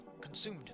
consumed